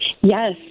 Yes